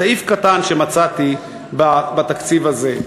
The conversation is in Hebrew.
סעיף קטן שמצאתי בתקציב הזה,